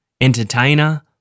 entertainer